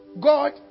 god